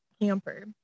camper